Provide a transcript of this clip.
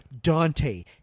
Dante